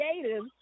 creative